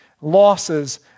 losses